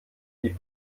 wie